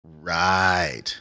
Right